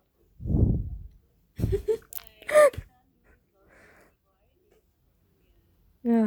ya